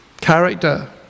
character